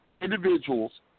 individuals